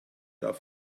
auf